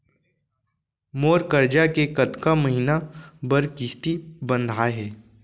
मोर करजा के कतका महीना बर किस्ती बंधाये हे?